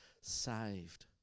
saved